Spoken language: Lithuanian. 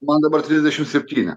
man dabar trisdešim septyni